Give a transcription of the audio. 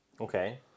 Okay